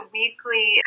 weekly